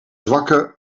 zwakke